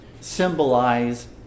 symbolize